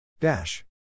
Dash